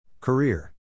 Career